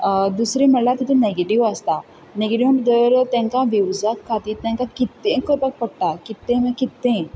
दुसरें म्हटल्यार तितून नेगेटिव्ह आसता नेगेटिव्ह धर तेंकां व्युजां खातीर तेंकां कितेंय करपाक पडटा कितें म्हणल्यार कितेंय